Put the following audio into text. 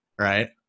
right